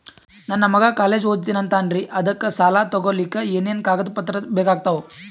ನನ್ನ ಮಗ ಕಾಲೇಜ್ ಓದತಿನಿಂತಾನ್ರಿ ಅದಕ ಸಾಲಾ ತೊಗೊಲಿಕ ಎನೆನ ಕಾಗದ ಪತ್ರ ಬೇಕಾಗ್ತಾವು?